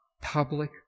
public